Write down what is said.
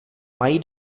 mají